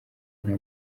nta